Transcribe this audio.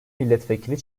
milletvekili